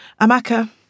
Amaka